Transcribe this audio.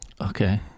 Okay